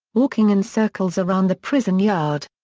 walking in circles around the prison yard.